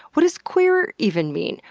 what does queer even mean?